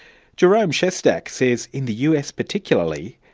jerome shestack says in the us particularly,